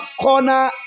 corner